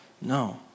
No